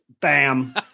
Bam